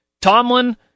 Tomlin